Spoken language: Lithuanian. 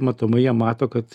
matomai jie mato kad